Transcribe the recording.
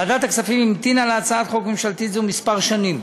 ועדת הכספים המתינה להצעת חוק ממשלתית זו זה כמה שנים.